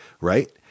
Right